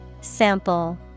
Sample